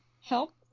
help